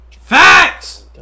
FACTS